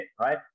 right